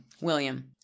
William